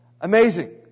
amazing